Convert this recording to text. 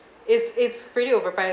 it's it's pretty overpriced